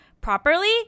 properly